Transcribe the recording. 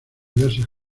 diversas